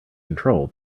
control